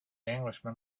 englishman